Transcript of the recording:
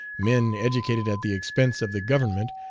men educated at the expense of the government,